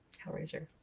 hellraiser.